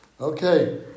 Okay